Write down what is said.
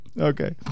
Okay